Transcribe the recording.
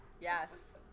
Yes